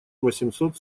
восемьсот